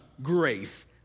grace